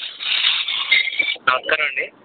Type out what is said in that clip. నమస్కారమండి